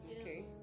Okay